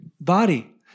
body